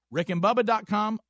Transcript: RickandBubba.com